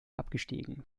abgestiegen